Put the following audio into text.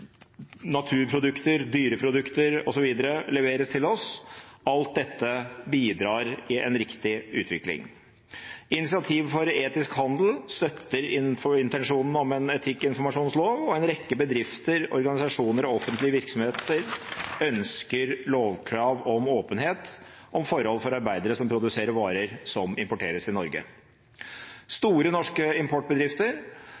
naturprodukter, dyreprodukter osv. leveres til oss. Alt dette bidrar i en riktig utvikling. Initiativ for etisk handel støtter intensjonen om en etikkinformasjonslov, og en rekke bedrifter, organisasjoner og offentlige virksomheter ønsker lovkrav om åpenhet om forhold for arbeidere som produserer varer som importeres til Norge.